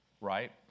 right